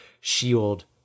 shield